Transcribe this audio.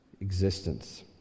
existence